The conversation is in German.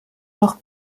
noch